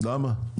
למה?